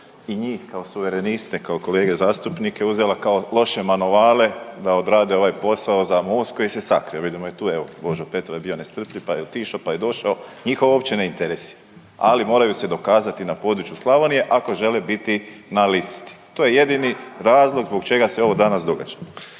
i njih kao Suvereniste, kao kolege zastupnike uzela kao loše manovale da odrade ovaj posao za Most koji se sakrio. Vidimo i tu je evo Božo Petrov je bio nestrpljiv, pa je otišao, pa je došao. Njih ovo uopće ne interesira, ali moraju se dokazati na području Slavonije ako žele biti na listi. To je jedini razlog zbog čega se ovo danas događa.